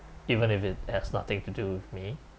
even if it has nothing to do me